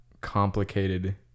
complicated